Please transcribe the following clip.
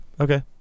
okay